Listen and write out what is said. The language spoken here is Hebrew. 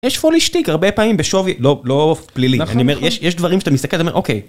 יש פוילישטיק הרבה פעמים בשווי, לא פלילי, יש דברים שאתה מסתכל, אוקיי.